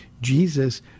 Jesus